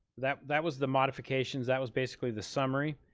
that that was the modifications, that was basically the summary.